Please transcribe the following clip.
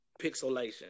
pixelation